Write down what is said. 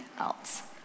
else